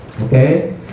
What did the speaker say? Okay